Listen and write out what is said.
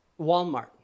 Walmart